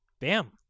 Bam